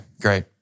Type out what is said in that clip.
great